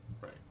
Right